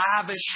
lavish